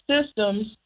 systems